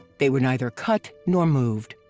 they were neither cut, nor moved.